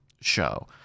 show